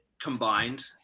combined